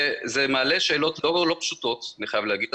זה מעלה שאלות לא פשוטות, אני חייב להגיד.